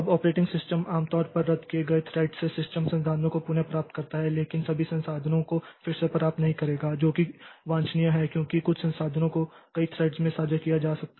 अब operating system आमतौर पर रद्द किए गए थ्रेड से सिस्टम संसाधनों को पुनः प्राप्त करता है लेकिन सभी संसाधनों को फिर से प्राप्त नहीं करेगा जो कि वांछनीय है क्योंकि कुछ संसाधनों को कई थ्रेड्स में साझा किया जा सकता है